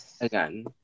Again